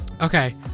Okay